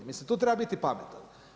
Mislim tu treba biti pametan.